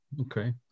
Okay